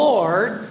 Lord